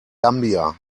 gambia